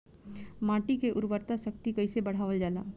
माटी के उर्वता शक्ति कइसे बढ़ावल जाला?